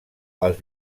als